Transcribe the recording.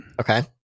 Okay